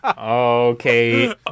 Okay